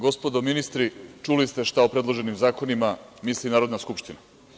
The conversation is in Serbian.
Gospodo ministri, čuli ste šta o predloženim zakonima misli Narodna skupština.